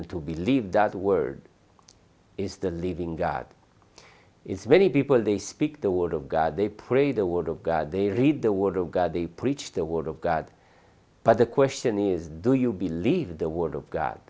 and to believe that word is the living god is many people they speak the word of god they pray the word of god they read the word of god they preach the word of god but the question is do you believe the word of god